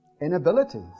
inabilities